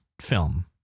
film